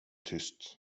tyst